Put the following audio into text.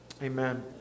Amen